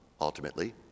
ultimately